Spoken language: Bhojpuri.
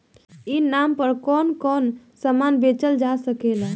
ई नाम पर कौन कौन समान बेचल जा सकेला?